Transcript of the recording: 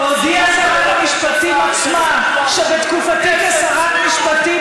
הודיעה שרת המשפטים עצמה שבתקופתי כשרת המשפטים,